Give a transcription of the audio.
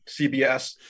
CBS